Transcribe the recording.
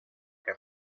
que